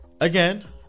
again